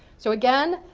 so again,